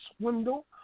swindle